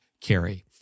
carry